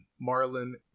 marlin